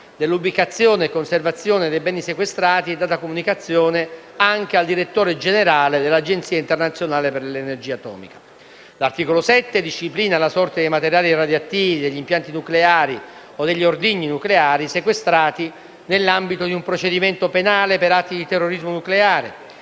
Dell'ubicazione e della conservazione dei beni sequestrati è data comunicazione anche al direttore generale dell'Agenzia internazionale per l'energia atomica. L'articolo 7 disciplina la sorte dei materiali radioattivi, degli impianti nucleari o degli ordigni nucleari sequestrati nell'ambito di un procedimento penale per atti di terrorismo nucleare,